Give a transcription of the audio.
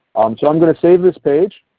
so i'm going to save this page.